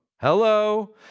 Hello